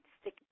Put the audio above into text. stick